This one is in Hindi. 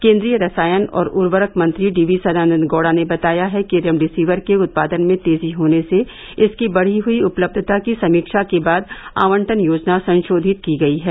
केन्द्रीय रसायन और उर्वरक मंत्री डीवी सदानन्द गौड़ा ने बताया है कि रेमडेसिविर के उत्पादन में तेजी होने से इसकी बढ़ी हुई उपलब्यता की समीक्षा के बाद आवंटन योजना संशोधित की गई है